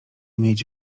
mieć